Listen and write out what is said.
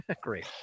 Great